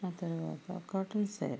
తర్వాత కాటన్ శారీ